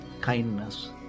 kindness